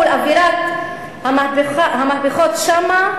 מול אווירת המהפכות שם,